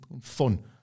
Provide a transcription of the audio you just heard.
fun